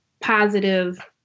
positive